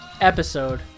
episode